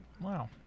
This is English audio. Wow